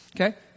Okay